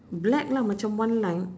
black lah macam one line